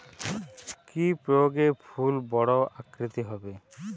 কি প্রয়োগে ফুল বড় আকৃতি হবে?